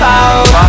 out